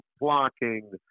blocking